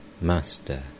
Master